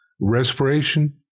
respiration